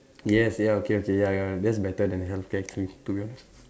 yes ya okay okay ya ya that's better than healthcare actually to be honest